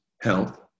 health